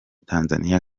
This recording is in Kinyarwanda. tanzania